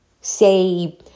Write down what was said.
say